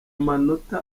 manota